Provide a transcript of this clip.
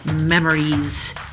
memories